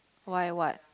why what